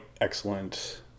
excellent